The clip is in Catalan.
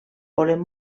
volem